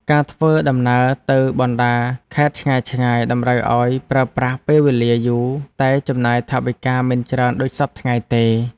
ការធ្វើដំណើរទៅបណ្តាខេត្តឆ្ងាយៗតម្រូវឱ្យប្រើប្រាស់ពេលវេលាយូរតែចំណាយថវិកាមិនច្រើនដូចសព្វថ្ងៃទេ។